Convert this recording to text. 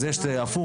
אז יש הפוך,